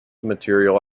material